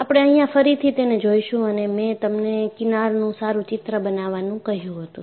આપણે અહિયાં ફરીથી તેને જોઈશું અને મેં તમને કિનારનું સારું ચિત્ર બનાવવાનું કહ્યું હતું